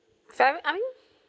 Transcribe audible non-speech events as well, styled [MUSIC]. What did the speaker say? fam~ [NOISE]